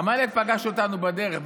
עמלק פגש אותנו בדרך,